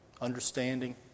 Understanding